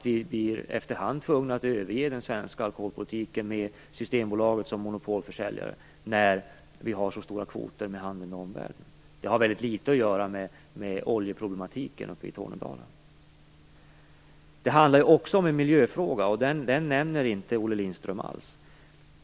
Vi är efter hand tvungna att överge den svenska alkoholpolitiken med Systembolaget som monopolförsäljare när vi har så stora kvoter i handeln med omvärlden. Det har väldigt litet att göra med oljeproblematiken uppe i Tornedalen. Det handlar också om en miljöfråga, det nämner inte Olle Lindström alls.